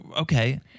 Okay